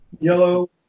yellow